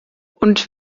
und